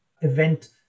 event